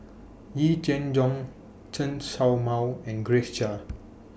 Yee Jenn Jong Chen Show Mao and Grace Chia